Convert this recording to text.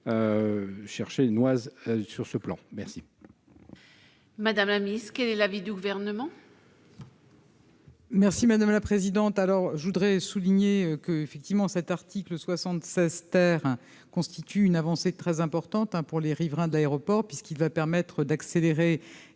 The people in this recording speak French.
chercher noise sur ce plan, merci. Madame la miss qu'est l'avis du gouvernement. Merci madame la présidente, alors je voudrais souligner que, effectivement, cet article 76 terrain constitue une avancée très importante, hein, pour les riverains d'aéroports puisqu'il va permettre d'accélérer